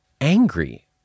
angry